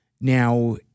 Now